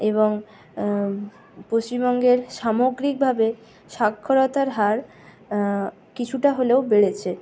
এবং পশ্চিমবঙ্গের সামগ্রিকভাবে সাক্ষরতার হার কিছুটা হলেও বেড়েছে